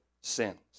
sins